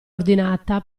ordinata